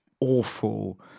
awful